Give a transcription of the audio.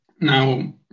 Now